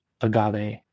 agave